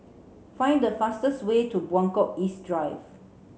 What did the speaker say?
find the fastest way to Buangkok East Drive